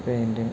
painting